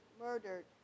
murdered